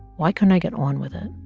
why couldn't i get on with it?